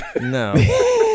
No